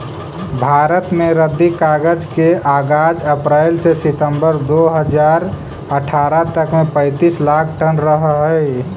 भारत में रद्दी कागज के आगाज अप्रेल से सितम्बर दो हज़ार अट्ठरह तक में पैंतीस लाख टन रहऽ हई